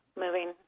moving